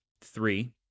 three